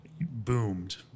boomed